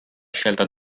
scelta